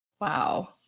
Wow